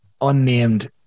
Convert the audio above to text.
unnamed